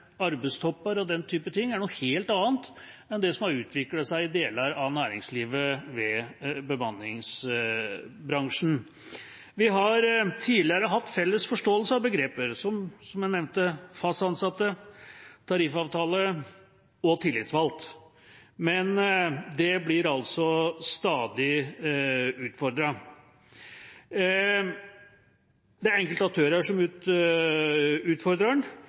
arbeidstopper og den typen ting er noe helt annet enn det som har utviklet seg i deler av næringslivet ved bemanningsbransjen. Vi har tidligere hatt felles forståelse av begreper som – som jeg nevnte – fast ansatte, tariffavtale og tillitsvalgt, men det blir altså stadig utfordret. Det er enkelte aktører som utfordrer